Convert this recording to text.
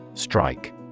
Strike